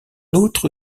autre